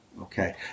okay